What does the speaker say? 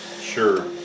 Sure